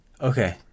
Okay